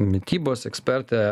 mitybos ekspertė